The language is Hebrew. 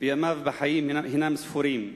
וימיו ספורים.